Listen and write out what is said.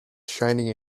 shiny